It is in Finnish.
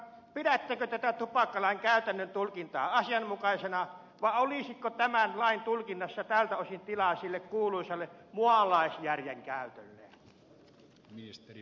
pidättekö te tätä tupakkalain käytännön tulkintaa asianmukaisena vai olisiko tämän lain tulkinnassa tältä osin tilaa sille kuuluisalle mualaisjärjen käytölle